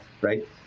right